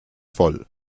voll